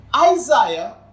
Isaiah